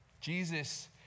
Jesus